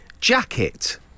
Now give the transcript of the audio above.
Jacket